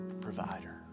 provider